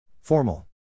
Formal